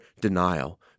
denial